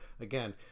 again